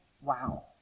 wow